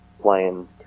playing